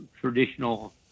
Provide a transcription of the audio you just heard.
traditional